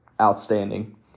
outstanding